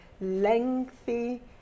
lengthy